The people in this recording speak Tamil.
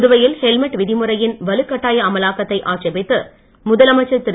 புதுவையில் ஹெல்மெட் விதிழறையின் வலுக் கட்டாய அமலாக்கத்தை ஆட்சேபித்து முதலமைச்சர் திரு